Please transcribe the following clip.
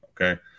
Okay